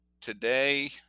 today